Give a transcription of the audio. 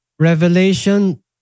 Revelation